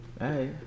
Hey